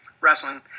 wrestling